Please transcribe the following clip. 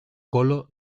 colo